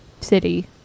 city